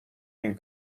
این